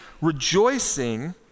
rejoicing